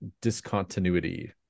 discontinuity